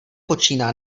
počíná